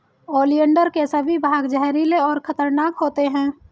oleander के सभी भाग जहरीले और खतरनाक होते हैं